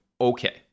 Okay